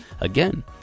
Again